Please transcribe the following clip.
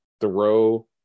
throw